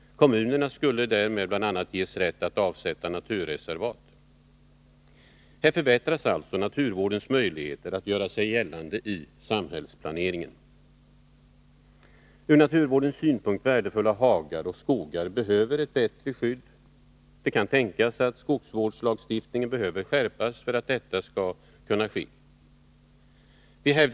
Kommunerna skulle därmed bl.a. ges rätt att avsätta naturreservat. Här förbättras alltså naturvårdens möjligheter att göra sig gällande i samhällsplaneringen. Ur naturvårdens synpunkt värdefulla hagar och skogar behöver få ett bättre skydd. Det kan tänkas att skogsvårdslagstiftningen behöver skärpas för att detta skall kunna komma till stård.